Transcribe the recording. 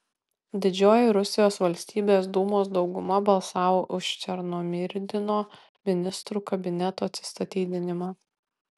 didžioji rusijos valstybės dūmos dauguma balsavo už černomyrdino ministrų kabineto atsistatydinimą